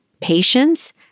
patience